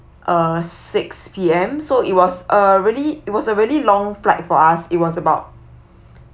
uh six P_M so it was uh really it was a really long flight for us it was about